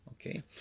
Okay